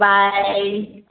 bye